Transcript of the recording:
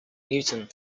newton